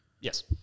yes